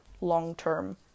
long-term